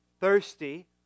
Thirsty